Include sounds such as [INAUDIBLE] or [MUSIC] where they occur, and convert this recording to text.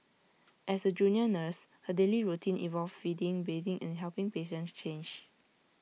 [NOISE] as A junior nurse her daily routine involved feeding bathing and helping patients change